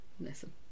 listen